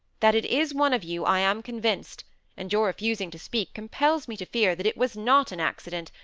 that it is one of you, i am convinced and your refusing to speak compels me to fear that it was not an accident,